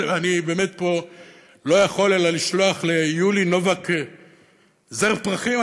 ואני באמת פה לא יכול אלא לשלוח ליולי נובק זר פרחים.